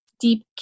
deep